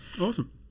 Awesome